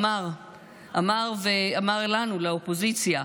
הוא אמר לנו, לאופוזיציה: